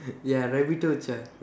ya Rabbitocha